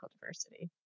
diversity